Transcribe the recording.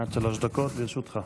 עד שלוש דקות לרשותך.